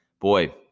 boy